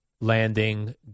landing